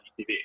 TV